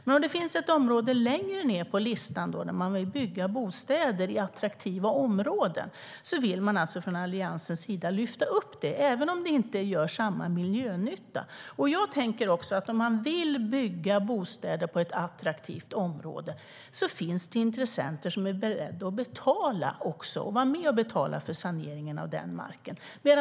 Men om det finns ett attraktivt område längre ned på listan där man vill bygga bostäder vill Alliansen lyfta upp det, även om det inte gör samma miljönytta. Jag tänker också så här: Om någon vill bygga bostäder i ett attraktivt område finns det intressenter som är beredda att vara med och betala för saneringen av marken.